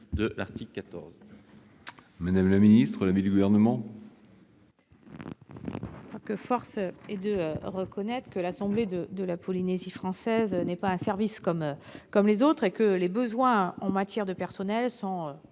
de l'article. Quel est l'avis du Gouvernement ? Force est de reconnaître que l'assemblée de la Polynésie française n'est pas un service comme les autres, et que ses besoins en matière de personnel sont,